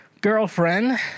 girlfriend